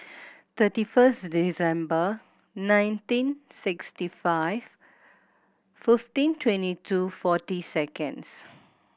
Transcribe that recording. thirty first December nineteen sixty five fifteen twenty two forty seconds